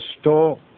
store